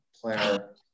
player